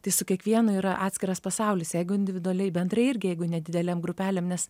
tai su kiekvienu yra atskiras pasaulis jeigu individualiai bendrai irgi jeigu nedidelėm grupelėm nes